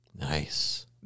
Nice